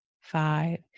five